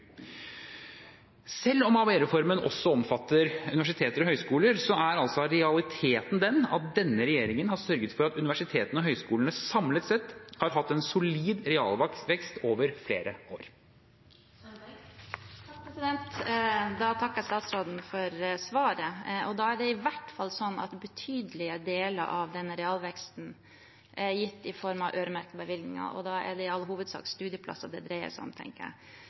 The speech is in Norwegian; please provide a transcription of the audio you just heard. Selv om ABE-reformen også omfatter universiteter og høyskoler, er realiteten den at denne regjeringen har sørget for at universitetene og høyskolene samlet sett har hatt en solid realvekst over flere år. Jeg takker statsråden for svaret. Da er det i hvert fall sånn at betydelige deler av denne realveksten er gitt i form av øremerkede bevilgninger, og da er det i all hovedsak studieplasser det dreier seg om,